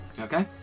Okay